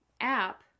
app